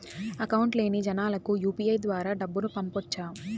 Account లేని జనాలకు UPI ద్వారా డబ్బును పంపొచ్చా?